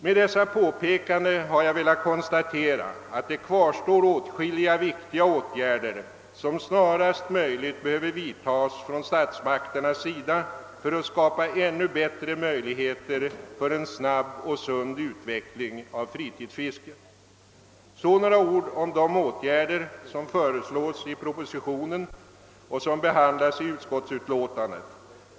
Med dessa påpekanden har jag velat konstatera, att det kvarstår åtskilliga viktiga åtgärder, som snarast möjligt behöver vidtas från statsmakternas sida för att skapa ännu bättre möjligheter för en snabb och sund utveckling av fritidsfisket. Så några ord om de åtgärder som föreslås i propositionen och som behandlas i tredje lagutskottets utlåtande.